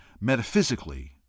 metaphysically